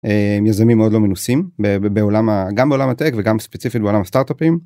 יזמים מאוד לא מנוסים, בעולם ה.. גם בעולם הטק וגם ספציפית בעולם הסטארט אפים.